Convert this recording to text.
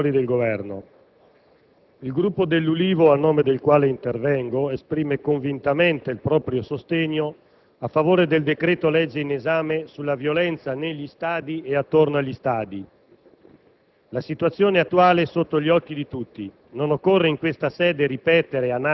Signor Presidente del Senato, onorevoli senatori e signori del Governo, il Gruppo dell'Ulivo, a nome del quale intervengo, esprime convintamente il proprio sostegno a favore del decreto-legge in esame sulla violenza negli stadi e attorno agli stadi.